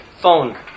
phone